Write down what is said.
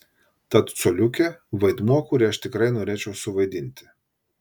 tad coliukė vaidmuo kurį aš tikrai norėčiau suvaidinti